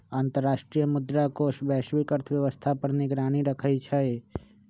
अंतर्राष्ट्रीय मुद्रा कोष वैश्विक अर्थव्यवस्था पर निगरानी रखइ छइ